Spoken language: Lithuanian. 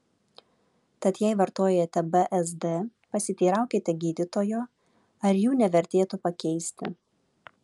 tad jei vartojate bzd pasiteiraukite gydytojo ar jų nevertėtų pakeisti